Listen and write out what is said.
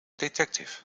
detective